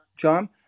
John